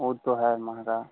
वह तो है महँगा